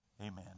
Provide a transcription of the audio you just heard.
Amen